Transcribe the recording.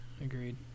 agreed